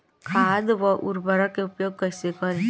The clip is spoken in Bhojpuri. खाद व उर्वरक के उपयोग कईसे करी?